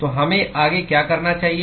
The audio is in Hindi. तो हमें आगे क्या करना चाहिए